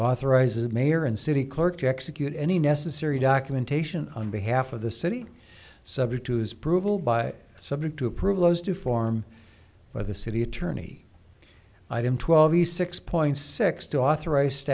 authorize a mayor and city clerk to execute any necessary documentation on behalf of the city subject to his provable by subject to approval as to form by the city attorney item twelve a six point six two authorize